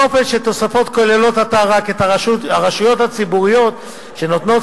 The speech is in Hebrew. באופן שהתוספות כוללות את הרשויות הציבוריות שנותנות